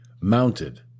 mounted